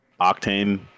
Octane